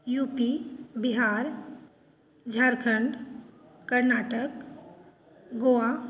U P Bihar Jharkhand Karnataka Goa